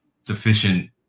sufficient